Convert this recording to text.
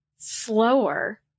slower